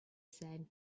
said